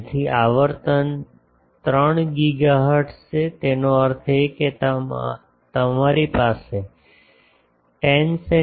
તેથી આવર્તન 3 ગીગાહર્ટ્ઝ છે તેનો અર્થ એ કે તમારી પાસે 10 સે